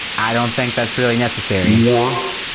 i don't think that's really necessary. or,